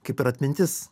kaip ir atmintis